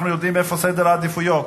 אנחנו יודעים איפה סדר העדיפויות.